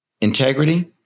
integrity